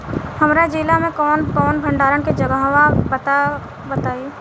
हमरा जिला मे कवन कवन भंडारन के जगहबा पता बताईं?